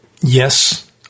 Yes